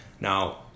Now